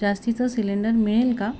जास्तीचं सिलेंडर मिळेल का